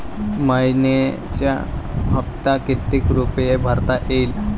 मइन्याचा हप्ता कितीक रुपये भरता येईल?